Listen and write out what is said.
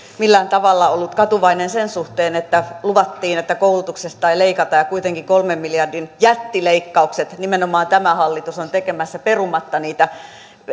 millään tavalla ollut katuvainen sen suhteen että luvattiin että koulutuksesta ei leikata ja kuitenkin kolmen miljardin jättileikkaukset nimenomaan tämä hallitus on tekemässä perumatta niitä